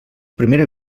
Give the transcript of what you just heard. primera